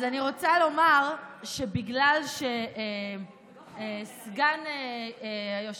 אז אני רוצה לומר שבגלל שסגן היושב-ראש